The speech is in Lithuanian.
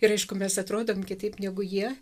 ir aišku mes atrodom kitaip negu jie